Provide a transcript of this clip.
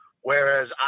Whereas